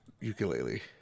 ukulele